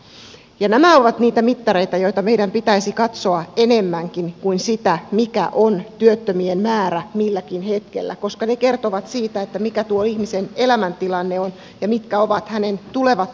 nämä ovat niitä mittareita joita meidän pitäisi katsoa enemmänkin kuin sitä mikä on työttömien määrä milläkin hetkellä koska ne kertovat siitä mikä tuo ihmisen elämäntilanne on ja mitkä ovat hänen tulevat työllistymismahdollisuutensa